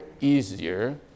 easier